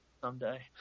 someday